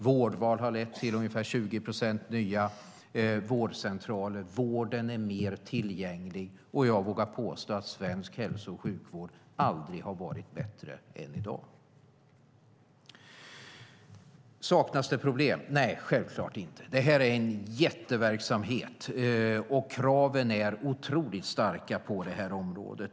Vårdval har lett till ungefär 20 procents ökning av vårdcentraler. Vården är mer tillgänglig, och jag vågar påstå att svensk hälso och sjukvård aldrig har varit bättre än i dag. Saknas det problem? Nej, självklart inte. Det här är en jätteverksamhet, och kraven är otroligt starka på det här området.